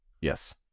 Yes